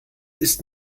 ist